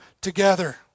together